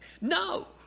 No